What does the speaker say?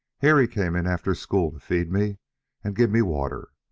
harry came in after school to feed me and give me water.